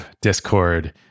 Discord